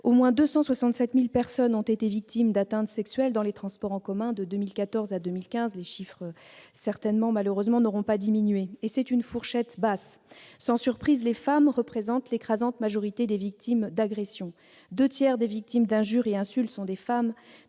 Au moins 267 000 personnes ont été victimes d'atteintes sexuelles dans les transports en commun de 2014 à 2015. Malheureusement, ces chiffres n'auront certainement pas diminué depuis lors ! Qui plus est, c'est une fourchette basse. Sans surprise, les femmes représentent l'écrasante majorité des victimes d'agressions. Les deux tiers des victimes d'injures et d'insultes sont des femmes,